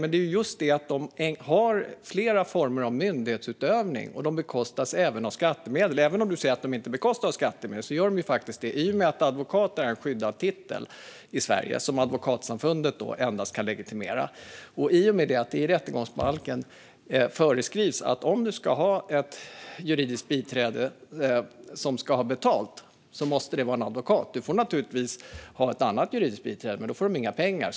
Men det handlar här om att samfundet utövar flera former av myndighetsutövning och även bekostas av skattemedel. Även om du säger att samfundet inte bekostas av skattemedel är det faktiskt så. I och med att advokat är en skyddad titel i Sverige, som endast Advokatsamfundet kan legitimera, och i med att det i rättegångsbalken föreskrivs att om du ska ha ett juridiskt biträde som ska få betalt måste det vara en advokat. Du får naturligtvis ha ett annat juridiskt biträde, men den får inga pengar.